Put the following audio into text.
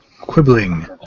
Quibbling